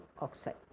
oxide